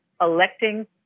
electing